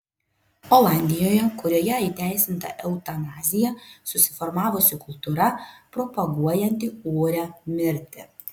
olandijoje kurioje įteisinta eutanazija susiformavusi kultūra propaguojanti orią mirtį